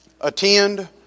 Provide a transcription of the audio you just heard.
Attend